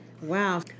wow